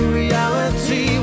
reality